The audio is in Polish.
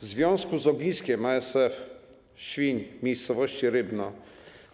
W związku z ogniskiem ASF u świń w miejscowości Rybno